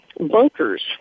Bunkers